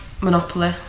Monopoly